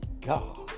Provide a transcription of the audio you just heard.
God